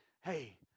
hey